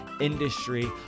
industry